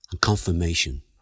Confirmation